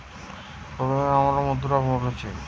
কয়েনকে আমরা বাংলাতে মুদ্রা বোলছি